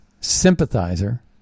sympathizer